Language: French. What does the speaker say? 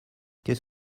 qu’est